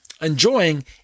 enjoying